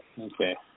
Okay